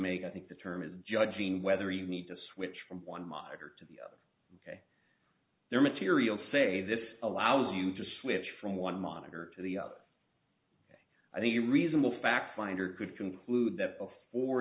make i think the term is judging whether you need to switch from one monitor to the other ok there are material say this allows you to switch from one monitor to the other i think a reasonable fact finder could conclude that before